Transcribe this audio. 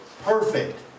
perfect